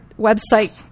website